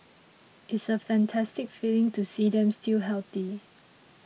it's a fantastic feeling to see them still healthy